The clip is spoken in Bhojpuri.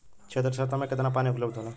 क्षेत्र क्षमता में केतना पानी उपलब्ध होला?